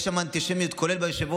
יש שם אנטישמיות, כולל היושב-ראש.